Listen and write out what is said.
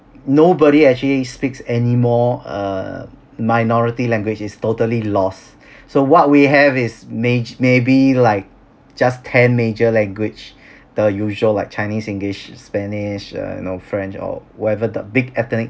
nobody actually speaks anymore uh minority language is totally lost so what we have is ma~ maybe like just ten major language the usual like chinese english spanish uh you know french or whatever the big ethnic